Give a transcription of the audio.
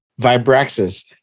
Vibraxis